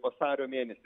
vasario mėnesį